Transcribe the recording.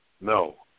No